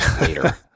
later